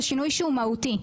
זה שינוי שהוא מהותי.